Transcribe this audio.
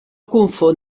copa